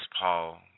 Paul